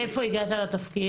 מאיפה הגעת לתפקיד?